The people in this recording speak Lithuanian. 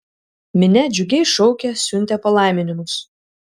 minia džiugiai šaukė siuntė palaiminimus